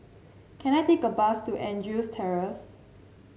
can I take a bus to Andrews Terrace